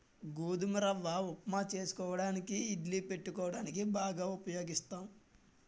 గోధుమ రవ్వ ఉప్మా చేసుకోవడానికి ఇడ్లీ పెట్టుకోవడానికి బాగా ఉపయోగిస్తాం